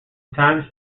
times